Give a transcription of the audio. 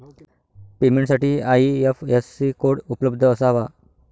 पेमेंटसाठी IFSC code उपलब्ध असावा